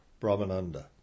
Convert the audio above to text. Brahmananda